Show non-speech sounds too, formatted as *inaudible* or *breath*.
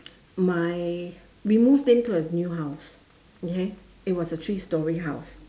my we moved into a new house *breath* okay it was a three storey house